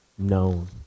known